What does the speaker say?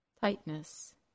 Tightness